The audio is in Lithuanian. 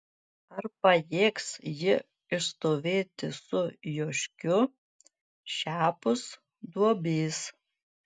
ar pajėgs ji išstovėti su joškiu šiapus duobės